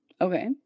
Okay